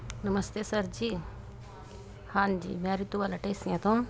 ਨਮਸਤੇ sir ji ਹਾਂਜੀ ਮੈਂ ਰਿਤੂ ਬਾਲਾ ਢੇਸੀਆਂ ਤੋਂ